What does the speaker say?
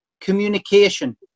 Communication